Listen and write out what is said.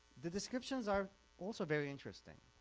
the descriptions are also very interesting.